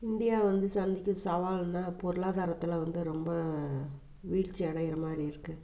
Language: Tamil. இந்தியா வந்து சந்திக்கும் சவால்ன்னால் பொருளாதாரத்தில் வந்து ரொம்ப வீழ்ச்சி அடைகிறமாதிரி இருக்குது